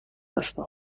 هستم